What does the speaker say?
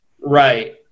right